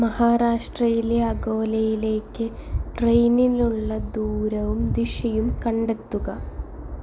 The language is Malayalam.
മഹാരാഷ്ട്രയിലെ അകോലയിലേക്ക് ട്രെയിനിലുള്ള ദൂരവും ദിശയും കണ്ടെത്തുക